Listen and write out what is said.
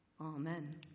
Amen